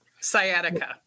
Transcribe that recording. sciatica